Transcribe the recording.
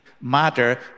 matter